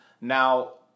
Now